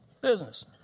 business